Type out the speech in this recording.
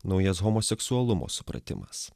naujas homoseksualumo supratimas